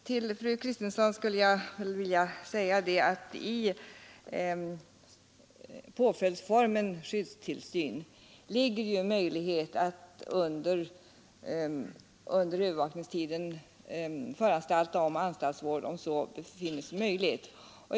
Till fru Kristensson skulle jag vilja säga att i påföljdsformen skyddstillsyn ligger möjlighet till att under övervakningstiden föranstalta om anstaltsvård om så befinns önskvärt.